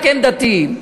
שהם רק דתיים,